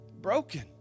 Broken